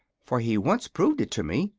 for he once proved it to me.